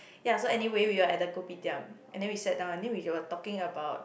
ya so anyway we were at the kopitiam and then we sat down and then we were talking about